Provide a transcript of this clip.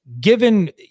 Given